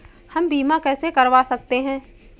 हम बीमा कैसे करवा सकते हैं?